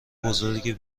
بزرگی